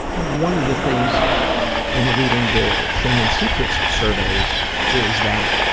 one of the things in reading the shame and secrets surveys is that